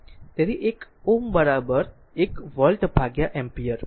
તેથી એક Ω 1 વોલ્ટ ભાગ્યા એમ્પીયર